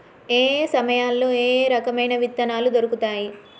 ఏయే సమయాల్లో ఏయే రకమైన విత్తనాలు దొరుకుతాయి?